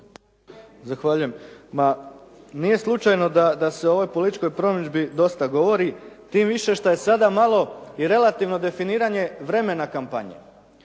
Zahvaljujem. Ma nije slučajno da se o ovoj političkoj promidžbi dosta govori, tim više što sada malo i relativno definiranje i vremena kampanje.